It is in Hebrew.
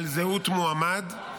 על זהות מועמד.